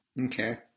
Okay